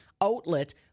outlet